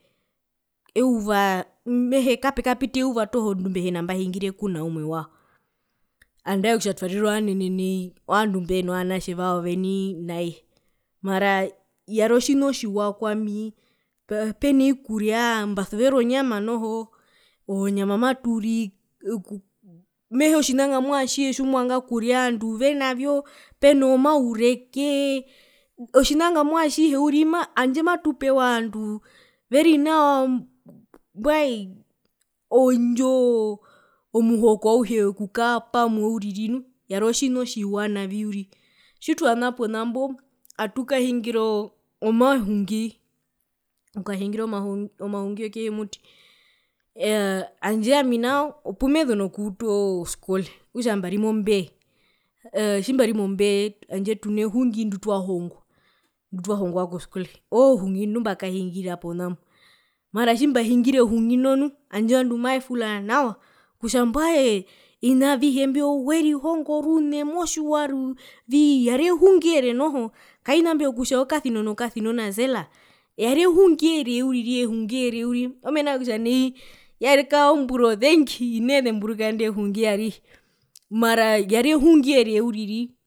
Euvaa mehee kapekapita euva toho ndumbieina mbahingire kuna umwe wao andae kutja twarira ovanene nai ovandu mbeno vanatje vao venii naiye mara yari otjina otjiwa kwami peno vikuria mbasuvera onyama noho oo nyama maturii oo oo mehee otjina ngamwa atjihe tjimovanga okuria ovandu venavyo peno maurekee otjina ngamwa atjihe uriri handje matupewa ovanduu veri nawa mbwaee oondjoo omuhoko auhe okukaa pamwe uriri nu yari otjina otjiwa navi uriri tjitana ponambo atukahingira oo omahungi okukahingira omahungi wokehi yomuti yaa handje ami nao opumezu nokuuta oskole okutja mbari mombee tjimbari mombee handje tuno hungi ndutwahongwa ndutwahongwa koskole oohungi ondi mbakahungira ponambo mara tjimbahingira ehungi ndo nu handje ovandu mavefula nawaa kutja mbwae ovina avihe mbio werihongo rune motjwavii yari ehungi ere noho kaina mbio kutja okasino nokasinona sela yari ehungi ere uriri omena rokutja nai yakara ozombura ozengi hinee zemburuka inde hungi arihe mara yari ehungi ere uriri